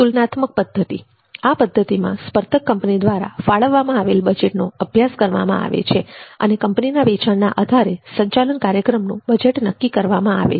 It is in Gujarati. તુલનાત્મક પદ્ધતિ આ પદ્ધતિમાં સ્પર્ધક કંપની દ્વારા ફાળવવામાં આવેલા બજેટનો અભ્યાસ કરવામાં આવે છે અને કંપનીના વેચાણના આધારે સંચાલન કાર્યક્રમનું બજેટ નક્કી કરવામાં આવે છે